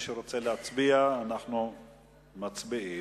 אנחנו מצביעים.